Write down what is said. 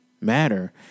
matter